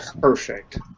Perfect